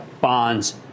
bonds